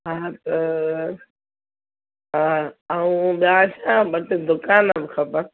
हा त हा ऐं ॿिया छा ॿ टे दुकान बि खपनि